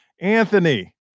Anthony